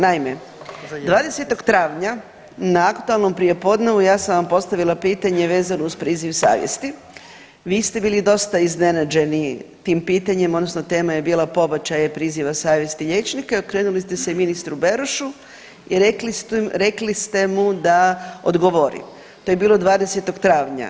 Naime, 20. travnja na aktualnom prijepodnevu ja sam vam postavila pitanje vezano uz priziv savjesti, vi ste bili dosta iznenađeni tim pitanjem odnosno tema je bila pobačaja i priziva savjesti liječnika i okrenuli ste se ministru Berošu i rekli ste mu da odgovori, to je bilo 20. travnja.